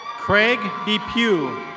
craig depew.